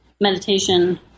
meditation